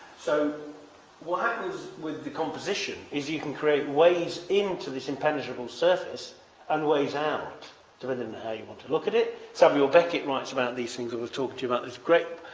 so what happens with the composition is you can create ways into this impenetrable surface and ways out depending on how you want to look at it. samuel beckett writes about these things that we talked to you about this great